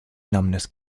numbness